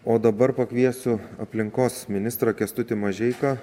o dabar pakviesiu aplinkos ministrą kęstutį mažeiką